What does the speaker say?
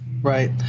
right